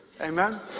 amen